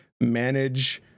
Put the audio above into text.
manage